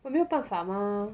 又没有办法嘛